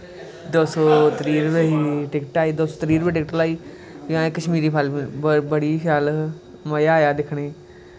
दो सौ बीह् रपेऽ दी टिक्ट आई दो सौ त्रीह् रपेऽ दी टिक्ट लाई इ'यां कश्मीरी फाईल बड़ा शैल मज़ा आया दिक्खने गी